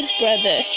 brother